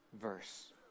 verse